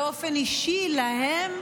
באופן אישי להם,